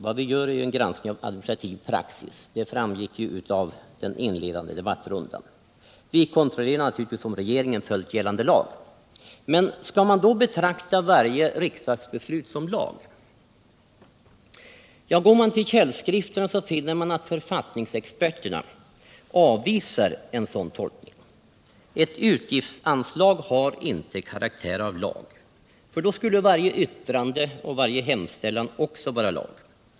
Vad vi gör är en granskning av administrativ praxis — det framgick av den inledande debattrundan. Vi kontrollerar naturligtvis om regeringen har följt gällande lag. Skall man då betrakta varje riksdagsbeslut som lag? Går man till källskrifterna finner man att författningsexperterna avvisar den tolkningen. Ett utgiftsanslag har inte karaktär av lag. Då skulle varje yttrande, varje hemställan också vara lag.